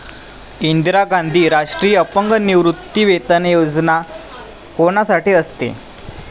इंदिरा गांधी राष्ट्रीय अपंग निवृत्तीवेतन योजना कोणासाठी असते?